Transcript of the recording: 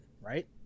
Right